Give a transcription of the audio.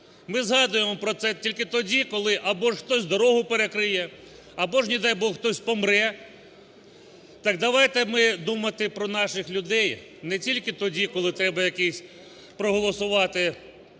Ми згадуємо про це тільки тоді, коли або ж хтось дорогу перекриє, або ж, не дай Бог, хтось помре. Так давайте ми думати про наших людей не тільки тоді, коли треба якийсь… проголосувати